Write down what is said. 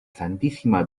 santísima